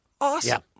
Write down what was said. Awesome